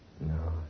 No